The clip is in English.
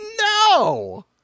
No